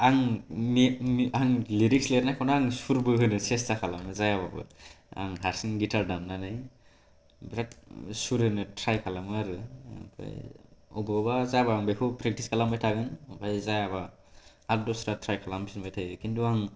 आं लिरिक्स लेरनायखौनो सुर बो होनो सेस्टा खालामो जायाबाबो आं हारसिं गिटार दामनानै बिरात सुर होनो ट्राय खालामो आरो अबावबा जाबा आं बेखौ प्रेक्टिस खालामबाय थागोन आमफ्राय जायाबा आर दस्रा ट्राय खालामफिनबाय थायो खिन्थु आं